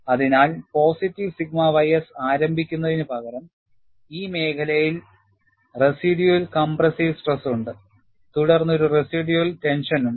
അതിനാൽ positive sigma ys ആരംഭിക്കുന്നതിനുപകരം ഈ മേഖലയിൽ റെസിഡ്യൂള് കംപ്രസ്സീവ് സ്ട്രെസ് ഉണ്ട് തുടർന്ന് ഒരു റെസിഡ്യൂള് ടെൻഷനും